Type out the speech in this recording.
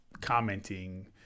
commenting